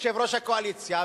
יושב-ראש הקואליציה,